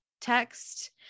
text